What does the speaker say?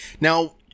Now